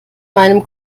meinen